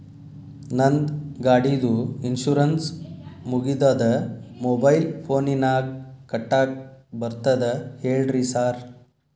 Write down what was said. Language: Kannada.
ನಂದ್ ಗಾಡಿದು ಇನ್ಶೂರೆನ್ಸ್ ಮುಗಿದದ ಮೊಬೈಲ್ ಫೋನಿನಾಗ್ ಕಟ್ಟಾಕ್ ಬರ್ತದ ಹೇಳ್ರಿ ಸಾರ್?